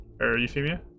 Euphemia